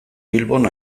bilbon